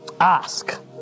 ask